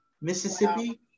Mississippi